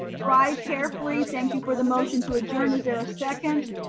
drive carefully. thank you for the motion to adjourn. is there a second?